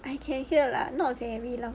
I can hear lah not very loud